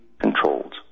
controlled